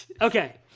Okay